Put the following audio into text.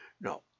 No